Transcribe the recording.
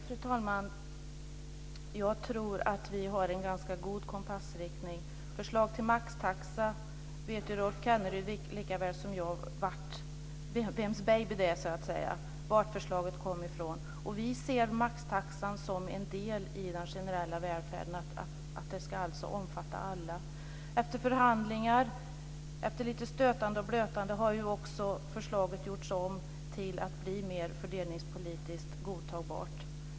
Fru talman! Jag tror att vi har en ganska god kompassriktning. Förslaget till maxtaxa vet Rolf Kenneryd likaväl som jag vems baby det är, så att säga. Vi vet var förslaget kom ifrån. Vi ser maxtaxan som en del i den generella välfärden. Den ska alltså omfatta alla. Efter förhandlingar, efter lite stötande och blötande, har förslaget också gjorts om till att bli mer fördelningspolitiskt godtagbart.